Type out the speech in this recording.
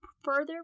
further